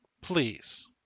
Please